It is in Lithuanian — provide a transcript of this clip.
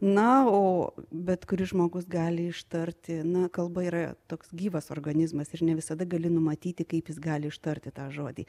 na o bet kuris žmogus gali ištarti na kalba yra toks gyvas organizmas ir ne visada gali numatyti kaip jis gali ištarti tą žodį